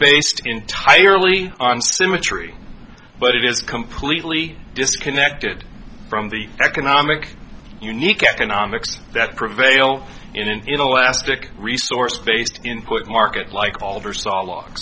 based entirely on symmetry but it is completely disconnected from the economic unique economics that prevailed in an inelastic resource based input market like alter sawlogs